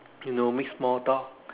you know make small talk